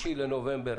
3 בנובמבר,